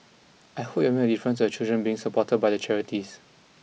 I hope it will make a difference to the children being supported by the charities